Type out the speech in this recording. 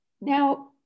now